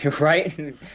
Right